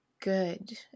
good